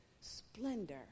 splendor